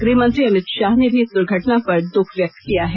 गृह मंत्री अमित शाह ने भी इस दुर्घटना पर दुख व्यक्त किया है